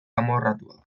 amorratuak